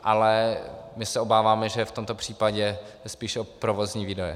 Ale my se obáváme, že v tomto případě spíše provozní výdaje.